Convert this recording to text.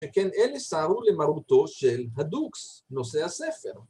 וכן אלה סרו למרותו של הדוקס, נושא הספר